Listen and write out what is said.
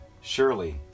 Surely